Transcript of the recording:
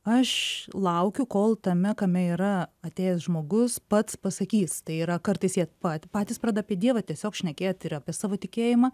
aš laukiu kol tame kame yra atėjęs žmogus pats pasakys tai yra kartais jie pa patys pradeda apie dievą tiesiog šnekėti ir apie savo tikėjimą